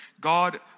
God